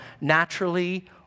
naturally